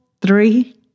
three